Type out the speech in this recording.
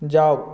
जाउ